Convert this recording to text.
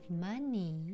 money